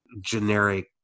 generic